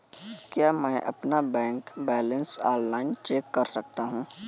क्या मैं अपना बैंक बैलेंस ऑनलाइन चेक कर सकता हूँ?